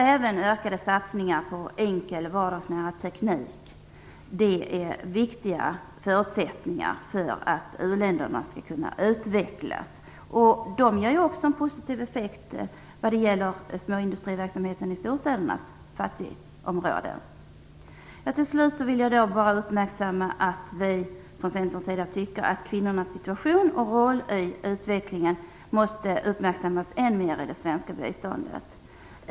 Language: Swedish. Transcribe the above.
Även ökade satsningar på enkel vardagsnära teknik är viktiga förutsättningar för att uländerna skall kunna utvecklas. De har också en positiv effekt vad gäller småindustriverksamheten i storstädernas fattigområden. Till slut vill jag bara uppmärksamma att vi från Centerns sida tycker att kvinnornas situation och roll i utvecklingen måste uppmärksammas än mer i det svenska biståndet.